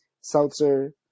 seltzer